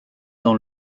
dans